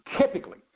typically